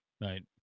Right